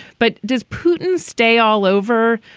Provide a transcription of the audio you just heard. but does putin stay all over.